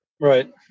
Right